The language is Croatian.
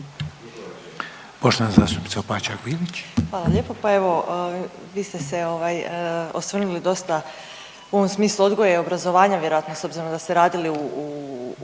Bilić, Marina (Nezavisni)** Hvala lijepo. Pa evo vi ste se osvrnuli dosta u ovom smislu odgoja i obrazovanja vjerojatno s obzirom da ste radili u